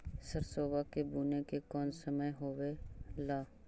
सरसोबा के बुने के कौन समय होबे ला?